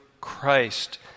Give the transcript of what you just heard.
Christ